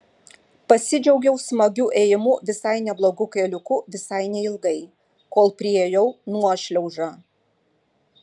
pasidžiaugiau smagiu ėjimu visai neblogu keliuku visai neilgai kol priėjau nuošliaužą